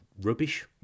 rubbish